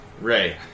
Ray